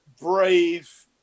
brave